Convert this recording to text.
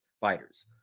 fighters